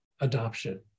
adoption